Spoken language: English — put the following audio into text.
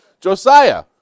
Josiah